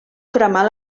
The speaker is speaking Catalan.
cremar